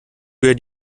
wir